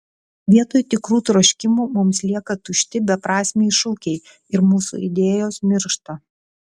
vietoj tikrų troškimų mums lieka tušti beprasmiai šūkiai ir mūsų idėjos miršta